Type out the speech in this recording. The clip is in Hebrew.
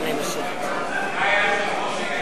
אדוני היושב-ראש,